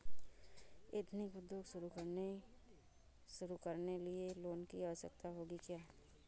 Ethnic उद्योग शुरू करने लिए लोन की आवश्यकता होगी क्या?